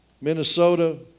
Minnesota